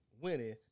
winning